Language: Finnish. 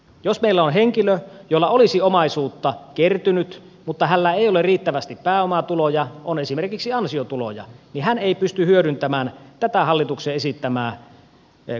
jos meillä on henkilö jolla olisi omaisuutta kertynyt mutta hänellä ei ole riittävästi pääomatuloja on esimerkiksi ansiotuloja niin hän ei pysty hyödyntämään tätä hallituksen esittämää kannustinta